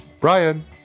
Brian